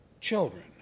children